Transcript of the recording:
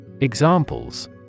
Examples